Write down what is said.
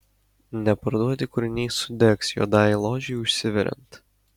neparduoti kūriniai sudegs juodajai ložei užsiveriant